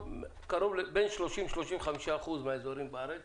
שבין 30%-35% מהאזורים בארץ